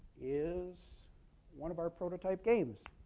is one of our prototype games.